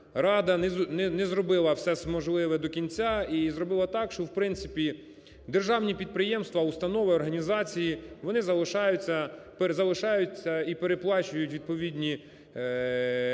рада не зробила все можливе до кінця і зробила так, що, в принципі, державні підприємства, установи, організації – вони залишаються, залишаються і переплачують відповідні кошти